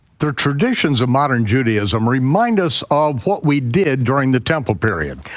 the traditions of modern judaism remind us of what we did during the temple period,